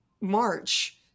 March